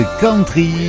country